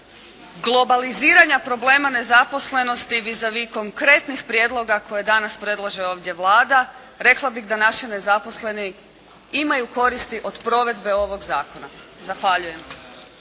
globaliziranja problema nezaposlenosti visa a vis konkretnih prijedloga koje danas predlaže ovdje Vlada, rekla bih da naši nezaposleni imaju koristi od provedbe ovog zakona. Zahvaljujem.